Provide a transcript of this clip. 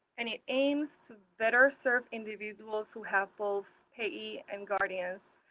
and it aims to better serve individuals who have both payee and guardians.